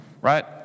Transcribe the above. right